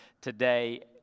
today